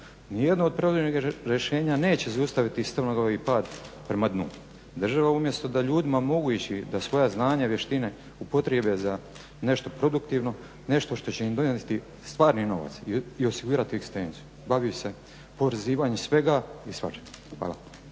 Nijedno od … rješenja neće zaustaviti strmoglavi pad prema dnu. Država umjesto da ljudima omogući da svoja znanja, vještine upotrijebe za nešto produktivno, nešto što će im donesti stvarni novac i osigurati egzistenciju, bavi se oporezivanjem svega i svačega. Hvala.